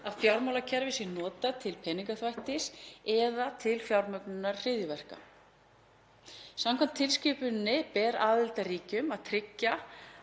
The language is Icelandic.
að fjármálakerfið sé notað til peningaþvættis eða til fjármögnunar hryðjuverka. Samkvæmt tilskipuninni ber aðildarríkjum að tryggja